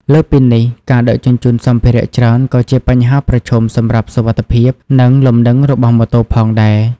លើសពីនេះ ការដឹកជញ្ជូនសម្ភារៈច្រើនក៏ជាបញ្ហាប្រឈមសម្រាប់សុវត្ថិភាព និងលំនឹងរបស់ម៉ូតូផងដែរ។